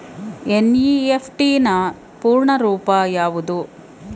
NEFT ನ ಪೂರ್ಣ ರೂಪ ಯಾವುದು?